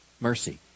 Mercy